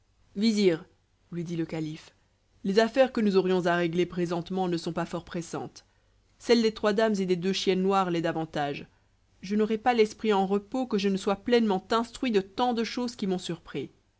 vizir lui dit le calife les affaires que nous aurions à régler présentement ne sont pas fort pressantes celle des trois dames et des deux chiennes noires l'est davantage je n'aurai pas l'esprit en repos que je ne sois pleinement instruit de tant de choses qui m'ont surpris